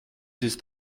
ist